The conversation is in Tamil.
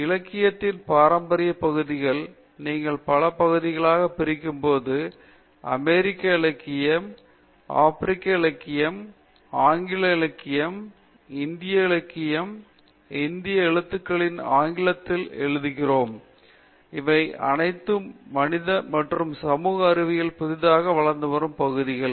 இலக்கியத்தின் பாரம்பரிய பகுதியில் நீங்கள் பல பகுதிகளாகப் பிரிக்கும்போது அமெரிக்க இலக்கியம் ஆப்பிரிக்க இலக்கியம் ஆங்கில இலக்கியம் இந்திய இலக்கியம் இந்திய எழுத்துக்களை ஆங்கிலத்தில் எழுதுகிறோம் இவை அனைத்தும் மனிதவளம் மற்றும் சமூக அறிவியலில் புதிதாக வளர்ந்து வரும் பகுதிகள்